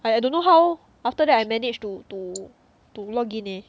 I I don't know how after that I managed to to to login eh